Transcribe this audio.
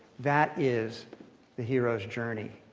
that is the hero's journey.